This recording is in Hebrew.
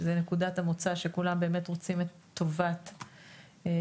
שזה נקודת המוצא שכולם באמת רוצים את טובת הדבר,